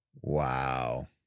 Wow